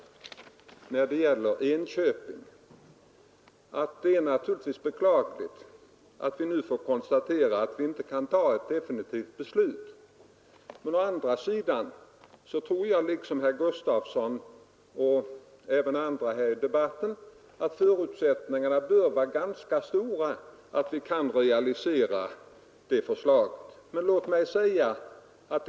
Det är naturligtvis beklagligt att vi nu får konstatera att vi inte kan ta ett definitivt beslut när det gäller Enköping. Å andra sidan tror jag liksom herr Gustafsson i Uddevalla och även andra i debatten, att förutsättningarna för att vi skall kunna realisera det förslaget bör vara ganska stora.